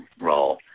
role